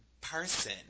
person